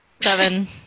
Seven